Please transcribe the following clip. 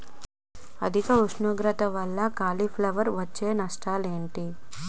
అధిక ఉష్ణోగ్రత వల్ల కాలీఫ్లవర్ వచ్చే నష్టం ఏంటి?